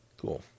Cool